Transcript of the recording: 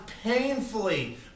painfully